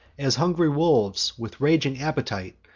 as hungry wolves, with raging appetite,